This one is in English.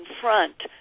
front